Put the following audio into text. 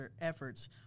efforts